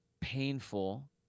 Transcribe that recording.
painful